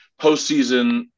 postseason